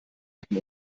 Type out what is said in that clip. hatten